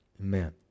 Amen